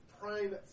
Prime